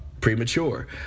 premature